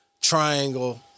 triangle